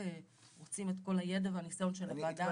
רוצים את כל הידע והניסיון של הוועדה הזאת.